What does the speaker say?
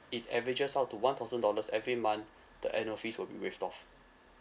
it averages out to one thousand dollars every month the annual fees will be waived off